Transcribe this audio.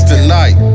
Tonight